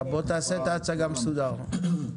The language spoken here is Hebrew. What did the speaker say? תעשה את ההצגה מסודרת.